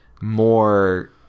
more